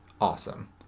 Awesome